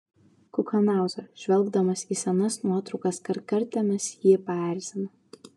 kukanauza žvelgdamas į senas nuotraukas kartkartėmis jį paerzina